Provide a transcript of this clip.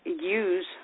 use